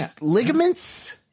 ligaments